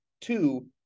two